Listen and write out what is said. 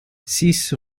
six